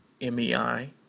MEI